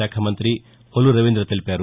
శాఖా మంతి కొల్లు రవీంద్ర తెలిపారు